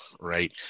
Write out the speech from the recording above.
right